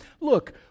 look